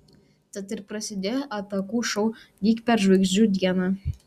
tad ir prasidėjo atakų šou lyg per žvaigždžių dieną